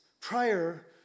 prior